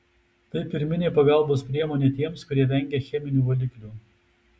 tai pirminė pagalbos priemonė tiems kurie vengia cheminių valiklių